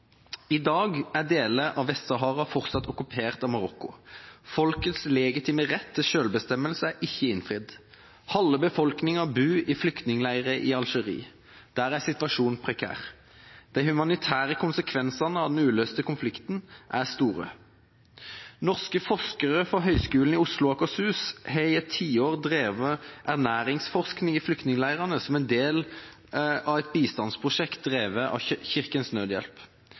I dag er deler av Vest-Sahara fortsatt okkupert av Marokko. Folkets legitime rett til selvbestemmelse er ikke innfridd. Halve befolkningen bor i flyktningleirer i Algerie. Der er situasjonen prekær. De humanitære konsekvensene av den uløste konflikten er store. Norske forskere fra Høgskolen i Oslo og Akershus har i et tiår drevet ernæringsforskning i flyktningleirene som del av et bistandsprosjekt drevet av Kirkens Nødhjelp.